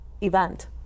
event